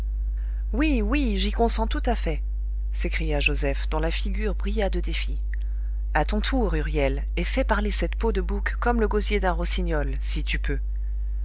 oui oui j'y consens tout à fait s'écria joseph dont la figure brilla de défi à ton tour huriel et fais parler cette peau de bouc comme le gosier d'un rossignol si tu peux